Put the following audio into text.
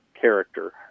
character